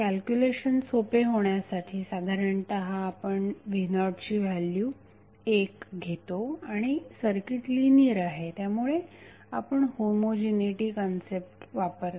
calculation सोपे होण्यासाठी साधारणतः आपण v0ची व्हॅल्यु 1 घेतो आणि सर्किट लिनियर आहे त्यामुळे आपण होमोजिनीटी कन्सेप्ट वापरतो